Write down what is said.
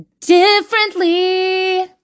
differently